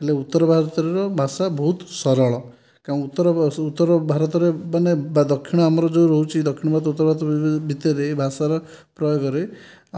ହେଲେ ଉତ୍ତରଭାରତର ଭାଷା ବହୁତ ସରଳ ଉତ୍ତର ଭାରତର ମାନେ ଦକ୍ଷିଣ ଆମର ଯେଉଁ ରହୁଛି ଦକ୍ଷିଣ ଭିତରେ ଭାଷାର ପ୍ରୟୋଗରେ